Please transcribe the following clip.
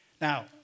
Now